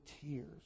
tears